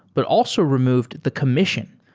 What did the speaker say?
but also removed the commission.